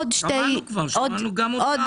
שמענו כבר, שמענו גם אותך